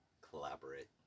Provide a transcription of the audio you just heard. collaborate